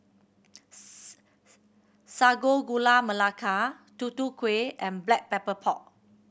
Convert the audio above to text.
Sago Gula Melaka Tutu Kueh and Black Pepper Pork